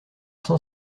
cent